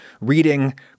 reading